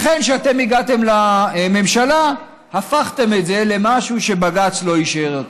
כשאתם הגעתם לממשלה הפכתם את זה למשהו שבג"ץ לא אישר אותו.